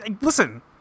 listen